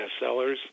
bestsellers